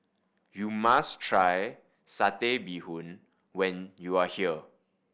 you must try Satay Bee Hoon when you are here